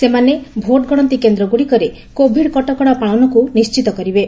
ସେମାନେ ଭୋଟ୍ ଗଣତି କେନ୍ଦ୍ରଗୁଡ଼ିକରେ କୋଭିଡ କଟକଶାର ପାଳନକୁ ନିଣ୍ଟିତ କରିବେ